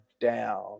down